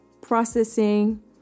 processing